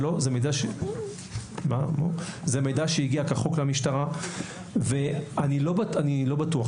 הוא מידע שהגיע כחוק למשטרה ואני לא בטוח,